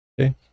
Okay